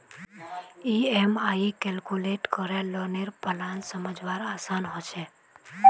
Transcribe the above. EMI calculate करे लौनेर plan समझवार आसान ह छेक